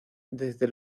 desde